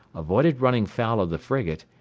avoided running foul of the frigate,